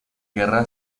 guerra